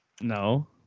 No